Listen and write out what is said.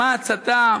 מה הצתה,